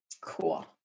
Cool